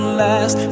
last